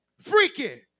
freaky